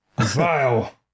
vile